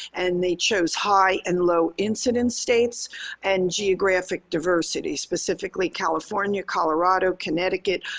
and they chose high and low-incidence states and geographic diversity, specifically california, colorado, connecticut,